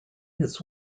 his